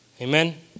Amen